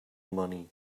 money